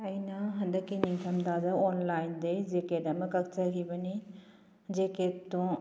ꯑꯩꯅ ꯍꯟꯗꯛꯀꯤ ꯅꯤꯡꯊꯝꯊꯥꯗ ꯑꯣꯟꯂꯥꯏꯟꯗꯩ ꯖꯦꯛꯀꯦꯠ ꯑꯃ ꯀꯛꯆꯒꯤꯕꯅꯤ ꯖꯦꯛꯀꯦꯠꯇꯨ